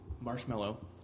marshmallow